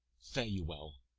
fare you well.